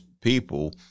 people